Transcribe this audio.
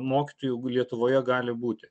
mokytojų lietuvoje gali būti